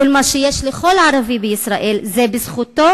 כל מה שיש לכל ערבי בישראל הוא בזכותו